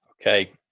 Okay